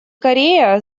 корея